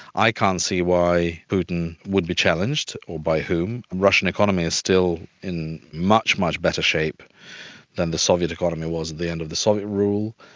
i can't see why putin would be challenged or by whom. the russian economy is still in much, much better shape than the soviet economy was at the end of the soviet rule.